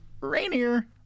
Rainier